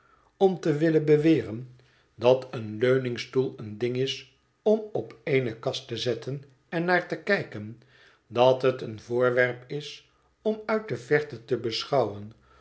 om te willen beweren dat een leuningstoel een ding is om op eene kast te zetten en naar te kijken dat het een voorwerp is om uit de verte te beschouwen